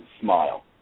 smile